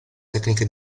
tecniche